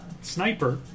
Sniper